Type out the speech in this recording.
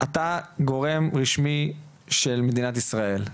אתה גורם רשמי של מדינת ישראל,